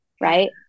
Right